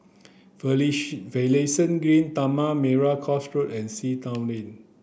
Finlayson Green Tanah Merah Coast Road and Sea Town Lane